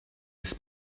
his